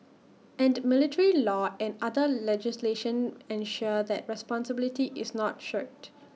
and military law and other legislation ensure that responsibility is not shirked